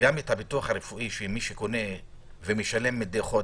את הביטוח הרפואי של מי שקונה ומשלם מדי חודש,